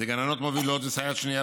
לגננות מובילות וסייעת שנייה,